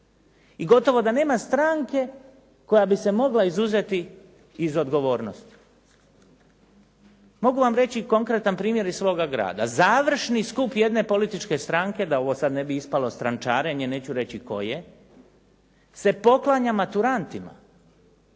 I gotovo da nema stranke koja bi se mogla izuzeti iz odgovornosti. Mogu vam reći konkretan primjer iz svoga grada, završni skup jedne političke stranke, da ovo sada ne bi ispalo strančarenje, neću reći koje, se poklanja maturantima,